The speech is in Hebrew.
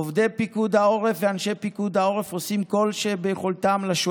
עובדי פיקוד העורף ואנשי פיקוד העורף עושים כל שביכולתם לסייע